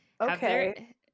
okay